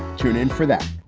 tune in for that